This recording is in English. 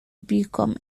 become